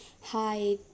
Hi